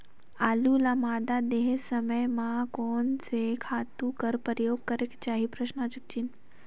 आलू ल मादा देहे समय म कोन से खातु कर प्रयोग करेके चाही?